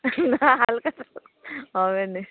না হালখাতা হবে না